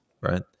right